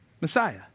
Messiah